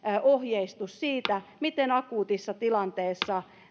ohjeistus siitä miten akuutissa tilanteessa